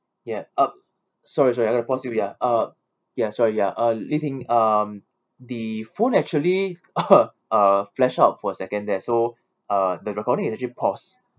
ya !oops! sorry sorry I'm going to pause you ya uh ya sorry ya uh li ting um the phone actually uh flashed out for a second there so uh the recording is actually paused